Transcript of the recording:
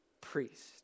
priest